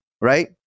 Right